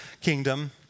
Kingdom